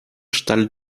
stal